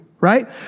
right